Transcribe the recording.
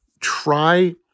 Try